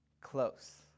Close